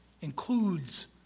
includes